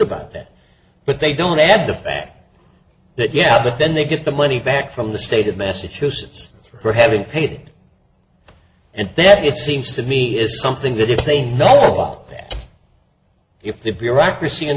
about that but they don't add the fact that yeah but then they get the money back from the state of massachusetts for having paid and that it seems to me is something that if they know all that if the bureaucracy in